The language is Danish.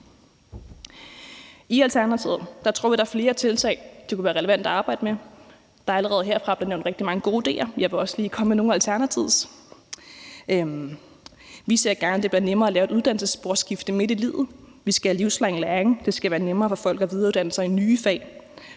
I Alternativet tror vi, der er flere tiltag, som det kunne være relevant at arbejde med. Der er allerede her fra talerstolen blevet nævnt rigtig mange gode idéer, og jeg vil også lige komme med nogle af Alternativets. Vi ser gerne, at det bliver nemmere at lave et uddannelsessporskifte midt i livet. Vi skal have livslang læring, og det skal være nemmere for folk at videreuddanne sig inden for